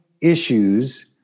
issues